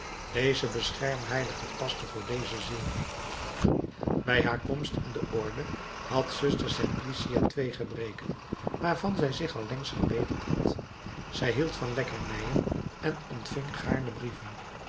deze beschermheilige paste voor deze ziel bij haar komst in de orde had zuster simplicia twee gebreken waarvan zij zich allengs gebeterd had zij hield van lekkernijen en ontving gaarne brieven